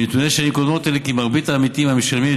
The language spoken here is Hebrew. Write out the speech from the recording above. מנתוני שנים קודמות עולה כי מרבית העמיתים המשלמים את